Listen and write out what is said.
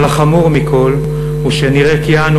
אבל החמור מכול הוא שנראה כי אנו,